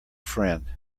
friend